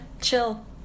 chill